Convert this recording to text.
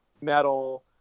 metal